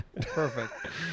Perfect